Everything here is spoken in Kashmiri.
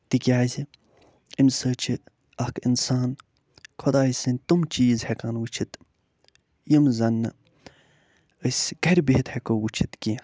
تِکیٛازِ اَمہِ سۭتۍ چھِ اکھ اِنسان خۄدایہِ سٕنٛدۍ تِم چیٖز ہٮ۪کان وٕچھِتھ یِم زن نہٕ أسۍ گَرِ بِہتھ ہٮ۪کو وٕچھِتھ کیٚنٛہہ